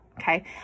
Okay